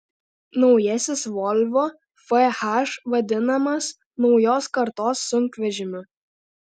naujasis volvo fh vadinamas naujos kartos sunkvežimiu